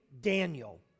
Daniel